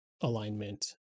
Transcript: alignment